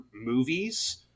movies